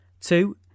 Two